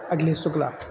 Akhilesh Shukla